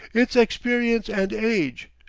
it's experience and age.